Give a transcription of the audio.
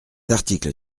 article